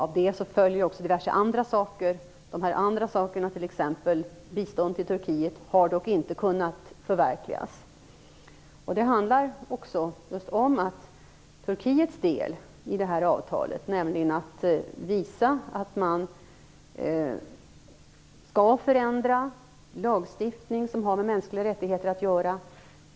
Av detta följer också diverse andra saker. Dessa andra saker, t.ex. bistånd till Turkiet, har dock inte kunnat förverkligas. Det handlar om Turkiets del i avtalet, nämligen att visa att man skall förändra lagstiftning som har med mänskliga rättigheter att göra.